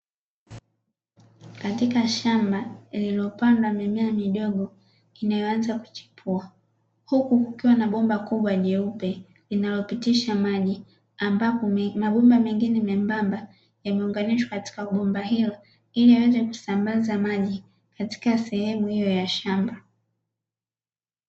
Katika shamba lililopandwa mimea midogo inayoanza kuchipua, huku kukiwa na bomba kubwa jeupe linalopitisha maji, ambapo mabomba mengine membamba yameunganishwa katika bomba hilo. Ili yaweze kusambaza maji katika eneo hiyo ya shamba.